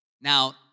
Now